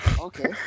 Okay